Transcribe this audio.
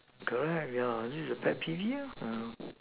correct yeah this is pet peeve lor